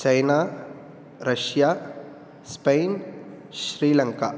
China Russia Spain Sri Lanka